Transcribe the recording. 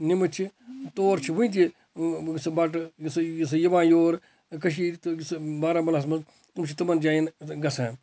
نِمٕتۍ چھِ تور چھِ ونہِ تہِ سُہ بَٹہٕ یُسے یُسے یِوان یوٚر کٔشیٖر تہٕ یُس بارہمولہَس مَنٛز وۄنۍ چھِ تِمَن جایَن گَژھان